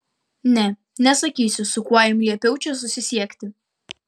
ne nesakysiu su kuo jam liepiau čia susisiekti